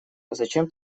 зачем